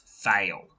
fail